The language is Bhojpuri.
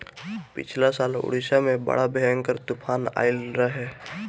पिछला साल उड़ीसा में बड़ा भयंकर तूफान आईल रहे